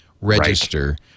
register